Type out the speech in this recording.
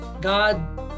God